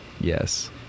yes